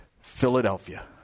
Philadelphia